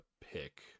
pick